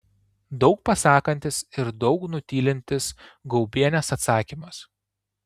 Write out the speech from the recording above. daug pasakantis ir daug nutylintis gaubienės atsakymas